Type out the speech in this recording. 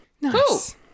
Nice